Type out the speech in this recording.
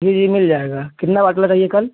जी जी मिल जाएगा कितना वाटला चाहिए कल